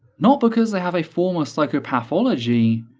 not because they have a form of psychopathology,